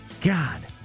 God